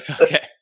Okay